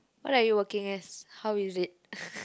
what are you working as how is it